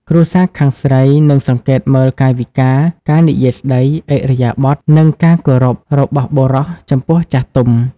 គ្រួសារខាងស្រី និងសង្កេតមើលកាយវិការ ការនិយាយស្តី ឥរិយាបថ និងការគោរពរបស់បុរសចំពោះចាស់ទុំ។